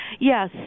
Yes